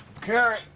Carrie